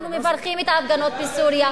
אנחנו מברכים את ההפגנות בסוריה,